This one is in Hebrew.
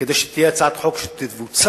כדי שתהיה הצעת חוק שתבוצע.